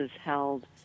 held